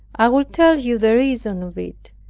i will tell you the reason of it.